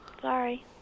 Sorry